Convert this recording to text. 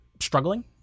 struggling